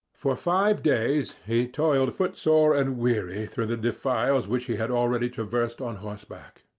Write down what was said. for five days he toiled footsore and weary through the defiles which he had already traversed on horseback.